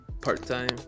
part-time